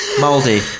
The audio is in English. Moldy